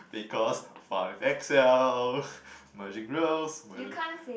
because fun with Excel merging roles merging